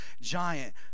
giant